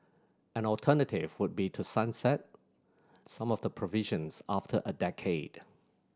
an alternative would be to sunset some of the provisions after a decade